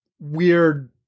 weird